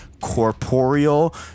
corporeal